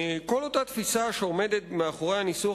כל אותה תפיסה שעומדת מאחורי הניסוח